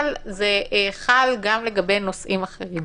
אבל זה חל גם לגבי נושאים אחרים.